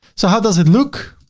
so how does it look?